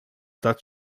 that